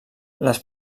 les